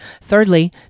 thirdly